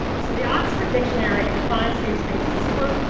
so, the oxford dictionary defines safe spaces as quote,